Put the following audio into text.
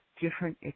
different